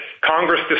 Congress